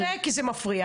חבל, כי זה מפריע.